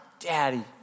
Daddy